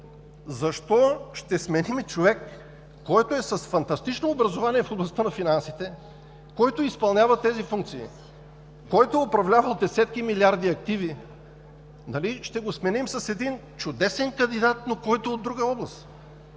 защо ще сменим човек, който е с фантастично образование в областта на финансите, който изпълнява тези функции, управлява десетки милиарди активи, ще го сменим с чудесен кандидат, но от друга област?